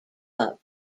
club